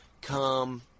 come